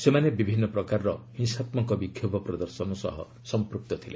ସେମାନେ ବିଭିନ୍ନ ପ୍ରକାରର ହିଂସାତ୍କକ ବିକ୍ଷୋଭ ପ୍ରଦର୍ଶନ ସହ ସମ୍ପୃକ୍ତ ଥିଲେ